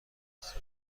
بپرسیم